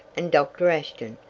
and doctor ashton,